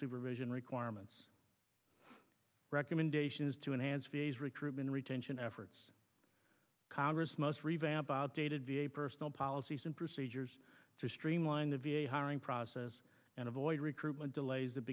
supervision requirements recommendations to enhance v a s recruitment retention efforts congress must revamp outdated v a personnel policies and procedures to streamline the v a hiring process and avoid recruitment delays